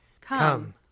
Come